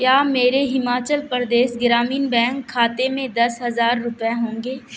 کیا میرے ہماچل پردیس گرامین بینک کھاتے میں دس ہزار روپئے ہوں گے